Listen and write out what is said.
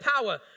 power